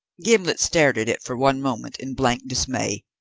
gimblet stared at it for one moment in blank dismay.